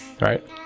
right